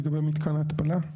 לגבי מתקן ההתפלה,